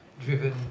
driven